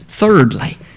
Thirdly